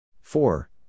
Four